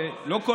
לא,